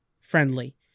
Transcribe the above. friendly